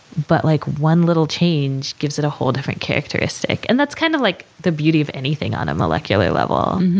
but like one little change gives it a whole different characteristic. and that's, kind of like, the beauty of anything on a molecular level,